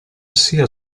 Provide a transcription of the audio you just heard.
sia